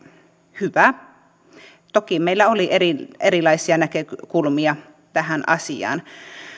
hyvä toki meillä oli erilaisia näkökulmia tähän asiaan